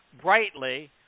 brightly